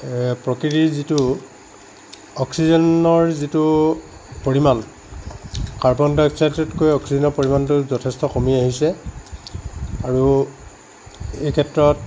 প্ৰকৃতিৰ যিটো অক্সিজেনৰ যিটো পৰিমান কাৰ্বন ডাই অক্সাইডতকৈ অক্সিজেনৰ পৰিমানতো যথেষ্ট কমি আহিছে আৰু এইক্ষেত্ৰত